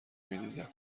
میدیدم